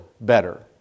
better